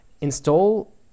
Install